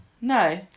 No